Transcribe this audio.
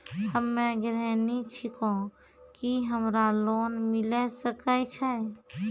हम्मे गृहिणी छिकौं, की हमरा लोन मिले सकय छै?